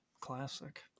classic